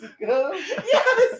Yes